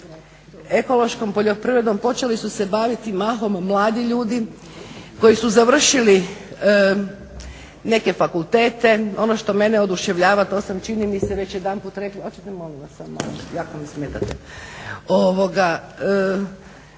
ekološkom poljoprivredom počeli su se baviti mahom mladi ljudi koji su završili neke fakultete. Ono što mene oduševljava, to sam čini mi se već jedanput rekla, hoćete molim vas samo malo, jako mi smetate,